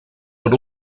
but